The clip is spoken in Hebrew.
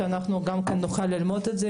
שגם אנחנו נוכל ללמוד את זה.